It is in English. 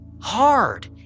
hard